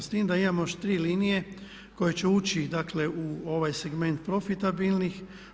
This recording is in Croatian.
S time da imamo još tri linije koje će ući dakle u ovaj segment profitabilnih.